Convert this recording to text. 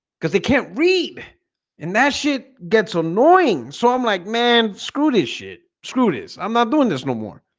because they can't read and that shit gets annoying so i'm like man screw this shit screw this i'm not doing this no more